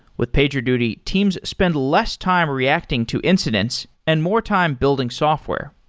with pagerduty, teams spend less time reacting to incidents and more time building software.